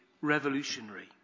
revolutionary